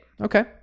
Okay